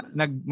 nag